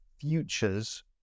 futures